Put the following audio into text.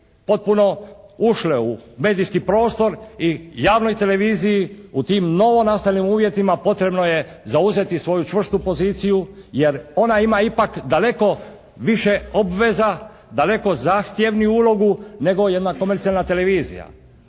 potpuno ušle u medijski prostor i javnoj televiziji u tim novonastalim uvjetima potrebno je zauzeti svoju čvrstu poziciju jer ona ima ipak daleko više obveza, daleko zahtjevniju ulogu nego jedna komercijalna televizija.